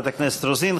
תודה, חברת הכנסת רוזין.